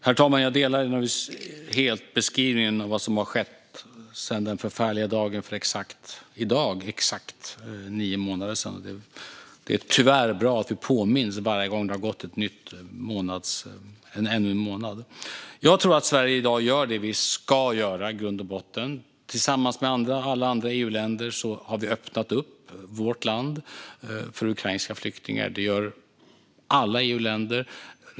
Herr talman! Jag delar naturligtvis helt beskrivningen av vad som har skett sedan den förfärliga dagen för i dag exakt nio månader sedan. Det är tyvärr bra att vi påminns varje gång det har gått ännu en månad. Jag tror att Sverige i dag gör det vi ska göra i grund och botten. Tillsammans med alla andra EU-länder har vi öppnat upp vårt land för ukrainska flyktingar. Det gör alla EU-länder.